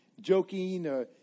joking